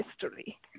history